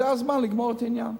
זה הזמן לגמור את העניין.